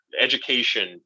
education